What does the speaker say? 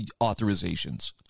authorizations